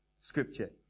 scripture